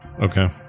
Okay